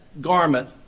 garment